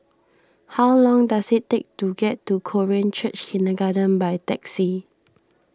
how long does it take to get to Korean Church Kindergarten by taxi